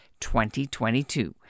2022